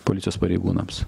policijos pareigūnams